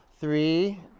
Three